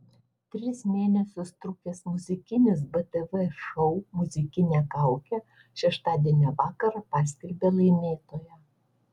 tris mėnesius trukęs muzikinis btv šou muzikinė kaukė šeštadienio vakarą paskelbė laimėtoją